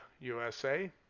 usa